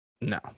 No